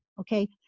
okay